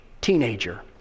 teenager